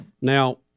Now